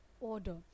order